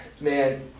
Man